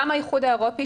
גם האיחוד האירופי,